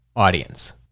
audience